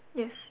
yes